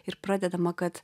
ir pradedama kad